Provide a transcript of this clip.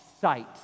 sight